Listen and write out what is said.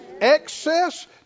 Excess